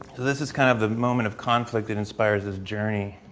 this is kind of the moment of conflict that inspires this journey.